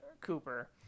Cooper